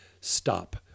Stop